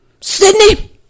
Sydney